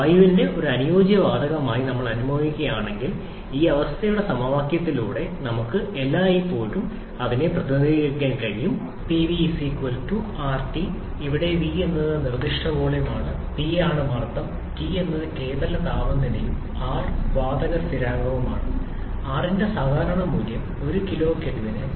വായുവിനെ ഒരു അനുയോജ്യമായ വാതകമായി ഞങ്ങൾ അനുമാനിക്കുന്നതിനാൽ ഈ അവസ്ഥയുടെ സമവാക്യത്തിലൂടെ നമുക്ക് എല്ലായ്പ്പോഴും അതിനെ പ്രതിനിധീകരിക്കാൻ കഴിയും Pv RT ഇവിടെ v എന്നത് നിർദ്ദിഷ്ട വോളിയമാണ് P ആണ് മർദ്ദം T എന്നത് കേവല താപനിലയും R വാതക സ്ഥിരാങ്കവുമാണ് R ന്റെ സാധാരണ മൂല്യം ഒരു കിലോ കെൽവിന് 0